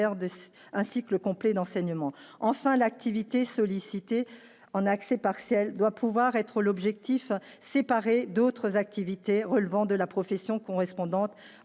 enfin l'activité en accès partiel doit pouvoir être l'objectif séparé d'autres activités relevant de la profession, correspondante